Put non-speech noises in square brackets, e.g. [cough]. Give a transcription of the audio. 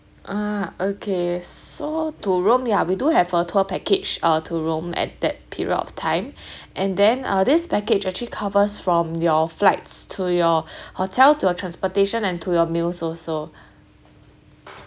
ah okay so to rome ya we do have a tour package uh to rome at that period of time [breath] and then uh this package actually covers from your flights to your [breath] hotel to your transportation and to your meals also [breath]